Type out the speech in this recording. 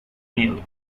milk